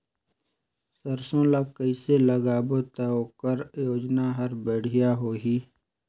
सरसो ला कइसे लगाबो ता ओकर ओजन हर बेडिया होही?